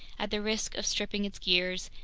at the risk of stripping its gears,